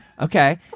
Okay